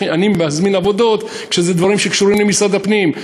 אני מזמין עבודות כשאלה דברים שקשורים למשרד הפנים,